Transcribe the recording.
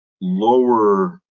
lower